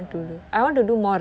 oh